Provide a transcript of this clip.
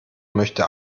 möchte